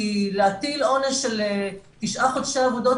כי להטיל עונש של תשעה חודשי עבודות